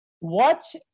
Watch